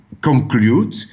conclude